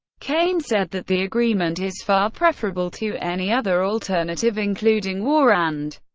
kaine said that the agreement is far preferable to any other alternative, including war and,